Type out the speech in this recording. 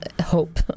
hope